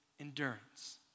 endurance